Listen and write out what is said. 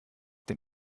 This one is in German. den